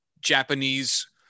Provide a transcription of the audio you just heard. Japanese